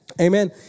Amen